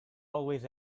always